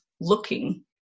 looking